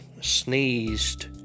sneezed